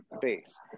base